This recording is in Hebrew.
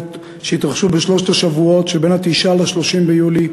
שהתרחשו בשלושת השבועות שבין 9 ל-30 ביולי,